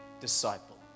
disciple